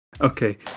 Okay